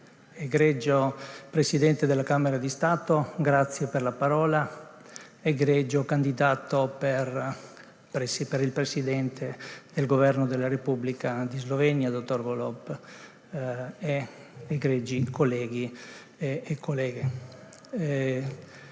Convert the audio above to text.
Egregio Presidente della Camera di Stato, grazie per la parola. Egregio Candidato per Presidente del Governo della Repubblica di Slovenia dr. Golob! Egregi colleghi e colleghe!